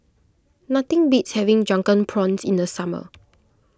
nothing beats having Drunken Prawns in the summer